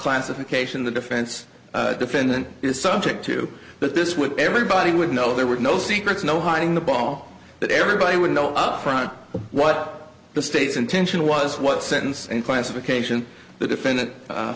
classification the defense defendant is subject to but this would everybody would know there were no secrets no hiding the bomb that everybody would know up front what the state's intention was what sentence and classification the defendant